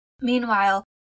Meanwhile